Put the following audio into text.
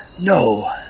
no